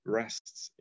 rests